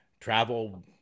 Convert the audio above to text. Travel